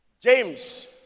James